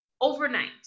overnight